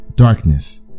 darkness